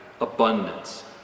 abundance